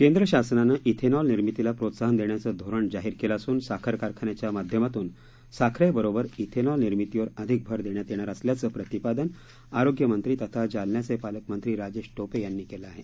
केंद्र शासनानं श्रिनॉल निर्मितीला प्रोत्साहन देण्याचं धोरण जाहीर केलं असून साखर कारखान्याच्या माध्यमातून साखरेबरोबर श्विनॉलनिर्मितीवर अधिक भर देण्यात येणार असल्याचं प्रतिपादन आरोग्य मंत्री तथा जालन्याचे पालकमंत्री राजेश टोपे यांनी केलं आहे